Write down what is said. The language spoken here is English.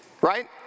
right